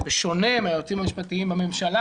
שבשונה מהיועצים המשפטיים בממשלה,